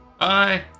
Bye